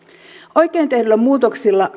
oikein tehdyillä muutoksilla